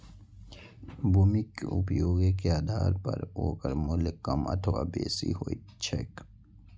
भूमिक उपयोगे के आधार पर ओकर मूल्य कम अथवा बेसी होइत छैक